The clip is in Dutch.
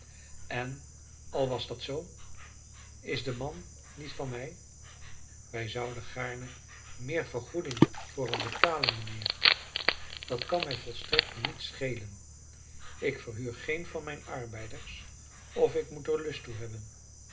en al was dat zoo is de man niet van mij wij zouden gaarne meer vergoeding voor hem betalen mijnheer dat kan mij volstrekt niet schelen ik verhuur geen van mijne arbeiders of ik moet er lust toe hebben